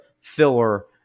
filler